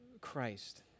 Christ